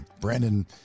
Brandon